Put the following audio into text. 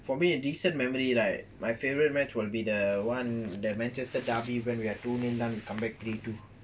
for me a decent memory right my favourite match will be the one that manchester derby when we are to two nil down comeback three two